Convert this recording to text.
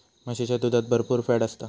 म्हशीच्या दुधात भरपुर फॅट असता